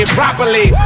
properly